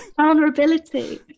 vulnerability